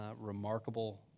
remarkable